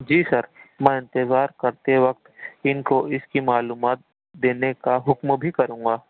جی sir میں انتظار کرتے وقت ان کو اس کی معلومات دینے کا حکم بھی کروں گا